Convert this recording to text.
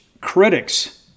critics –